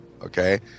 okay